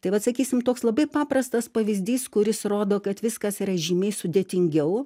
tai vat sakysim toks labai paprastas pavyzdys kuris rodo kad viskas yra žymiai sudėtingiau